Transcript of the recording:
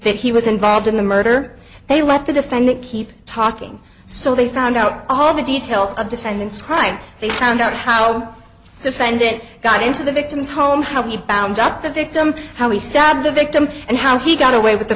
that he was involved in the murder they let the defendant keep talking so they found out all the details of defendant's crime they found out how to find it got into the victim's home how he found out the victim how he stabbed the victim and how he got away with the